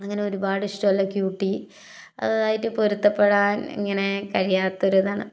അങ്ങനെ ഒരുപാട് ഇഷ്ടമല്ല ക്യൂ ടി അതായിട്ട് പൊരുത്തപ്പെടാൻ ഇങ്ങനെ കഴിയാത്തൊരു ഇതാണ്